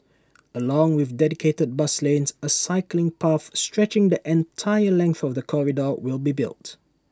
along with dedicated bus lanes A cycling path stretching the entire length of the corridor will be built